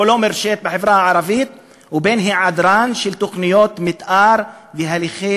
הלא-מורשית בחברה הערבית ובין היעדרן של תוכניות מתאר והליכי